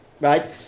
right